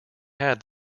had